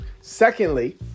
Secondly